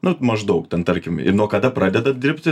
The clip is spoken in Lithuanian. nu maždaug ten tarkim nuo kada pradeda dirbti